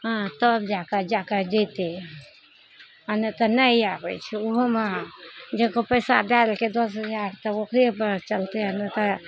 हँ तब जाकऽ जाकऽ जैतय आओर नहि तऽ नहि आबय छै ओहोमे जकर पैसा दै देलकइ दस हजार तऽ ओकरेपर चलतइ नहि तऽ